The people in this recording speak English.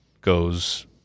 goes